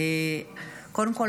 קודם כול,